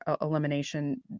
elimination